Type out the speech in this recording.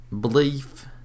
belief